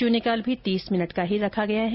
शुन्यकाल भी तीस मिनट का ही रखा गया है